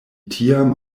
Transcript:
tiam